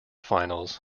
finals